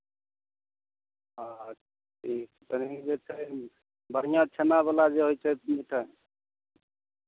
हँ ठीक कनि जे छै ने बढ़िआँ छेनावला जे होइ छै मिठाई